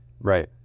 right